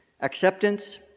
Acceptance